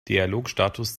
dialogstatus